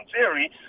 theory